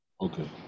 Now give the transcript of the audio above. Okay